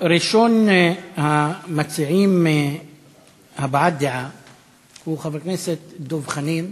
ראשון המציעים בהבעת דעה הוא חבר הכנסת דב חנין,